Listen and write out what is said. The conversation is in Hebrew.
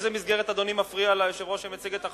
באיזו מסגרת אדוני מפריע ליושב-ראש שמציג את החוק?